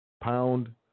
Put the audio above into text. pound